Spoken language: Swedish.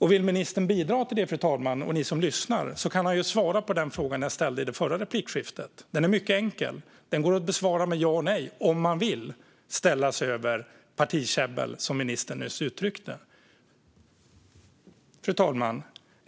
Vill ministern bidra till det, fru talman och ni som lyssnar, kan han svara på den fråga jag ställde i mitt förra inlägg. Den är mycket enkel, och den går att besvara med ja eller nej - om man vill ställa sig över partikäbbel, vilket ministern nyss uttryckte att han vill. Fru talman!